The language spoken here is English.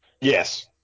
Yes